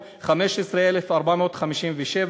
תן לו